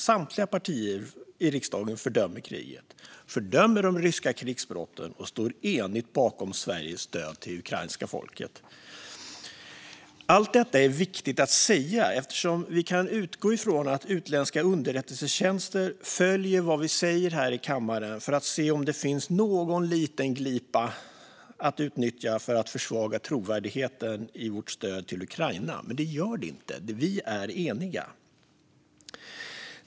Samtliga partier i riksdagen fördömer kriget, fördömer de ryska krigsbrotten och står eniga bakom Sveriges stöd till ukrainska folket. Allt detta är viktigt att säga eftersom vi kan utgå ifrån att utländska underrättelsetjänster följer vad vi säger här i kammaren för att se om det finns någon liten glipa att utnyttja för att försvaga trovärdigheten i vårt stöd till Ukraina. Men det gör det inte. Vi är eniga.